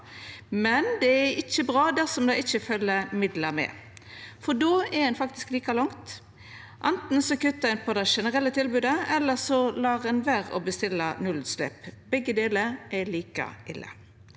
men det er ikkje bra dersom det ikkje følgjer midlar med. Då er ein faktisk like langt. Anten kutter ein i det generelle tilbodet, eller ein lar vere å bestille nullutslepp. Begge delar er like ille.